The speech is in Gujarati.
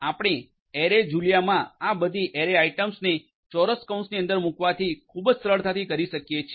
આપણે એરે જુલિયામાં આ બધી એરે આઇટમ્સને ચોરસ કૌંસની અંદર મૂકવાથી ખૂબ જ સરળતાથી કરી શકીએ છીએ